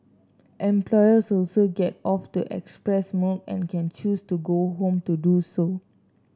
employees also get off to express milk and can choose to go home to do so